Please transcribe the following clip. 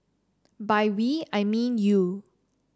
by we I mean you